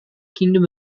kingdom